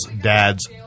dad's